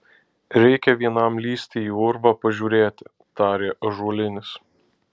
reikia vienam lįsti į urvą pažiūrėti tarė ąžuolinis